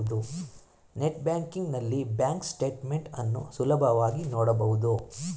net banking ನಲ್ಲಿ bank statement ಅನ್ನು ಸುಲಭವಾಗಿ ನೋಡಬಹುದು